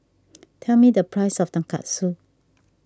tell me the price of Tonkatsu